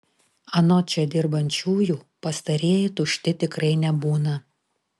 anot čia dirbančiųjų pastarieji tušti tikrai nebūna